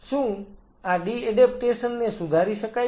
શું આ D adaptation ને સુધારી શકાય છે